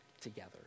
together